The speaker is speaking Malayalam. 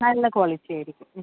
നല്ല ക്വാളിറ്റിയായിരിക്കും